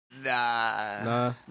Nah